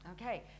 Okay